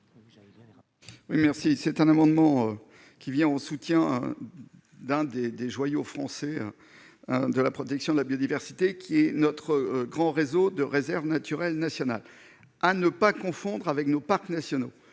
Merci, c'est un amendement qui vient en soutien dans des des joyaux français de la protection de la biodiversité qui est notre grand réseau de réserve naturelle nationale à ne pas confondre avec nos parcs nationaux,